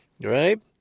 right